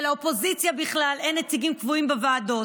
שלאופוזיציה אין בכלל נציגים קבועים בוועדות,